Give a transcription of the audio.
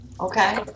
okay